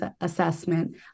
assessment